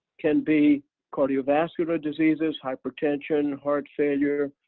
can be cardiovascular diseases, hypertension, heart failure,